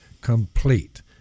complete